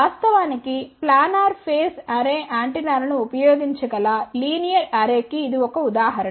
వాస్తవానికి planar phase array యాంటెన్నాను ఉపయోగించగల లినియర్ అర్రే కి ఇది ఒక ఉదాహరణ